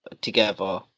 together